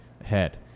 ahead